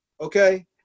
okay